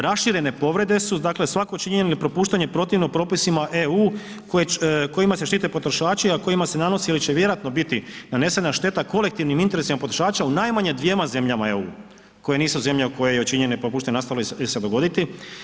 Raširene povrede su dakle, svako činjenje ili propuštanje protivno propisima EU kojima se štite potrošači, a kojima se nanosi ili će vjerojatno biti nanesena šteta kolektivnim interesima potrošača u najmanje dvjema zemlja EU koje nisu zemlje u kojima je činjenje ili propuštanje nastalo ili će se dogoditi.